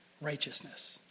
righteousness